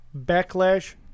backlash